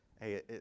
hey